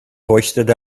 hoisted